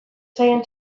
zaien